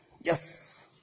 yes